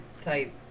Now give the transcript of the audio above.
type